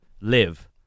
live